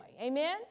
Amen